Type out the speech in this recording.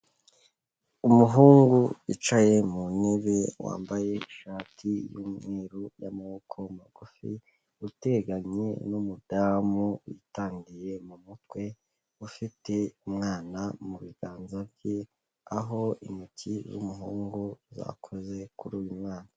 Umuhungu wicaye mu ntebe wambaye ishati y'umweru y'amaboko magufi, uteganye n'umudamu witandiye mu mutwe, ufite umwana mu biganza bye aho intoki z'umuhungu zakoze kuri uyu mwana.